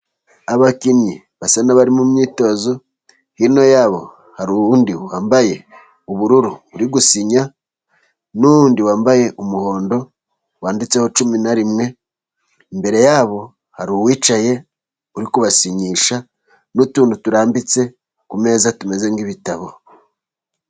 ambakinnyi basa n'abari mu myitozo, hino yabo hari undi wambaye ubururu uri gusinya, n'undi wambaye umuhondo wanditseho cumi na rimwe, imbere yabo hari uwicaye uri kubasinyisha, n'utuntu turambitse ku meza, tumeze nk'ibitabo.